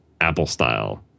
Apple-style